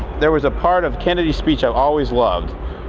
there was a part of kennedy's speech i've always loved,